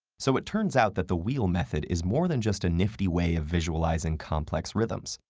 so it turns out that the wheel method is more than just a nifty way of visualizing complex rhythms.